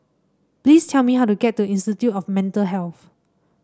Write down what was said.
please tell me how to get to Institute of Mental Health